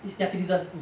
is their citizens